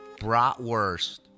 Bratwurst